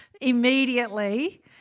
immediately